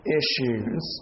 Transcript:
issues